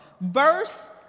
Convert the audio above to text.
Verse